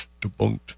Debunked